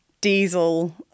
diesel